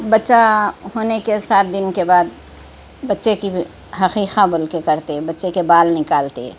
بچّہ ہونے کے سات دن کے بعد بچّے کی عقیقہ بول کے کرتے بّچے کے بال نکالتے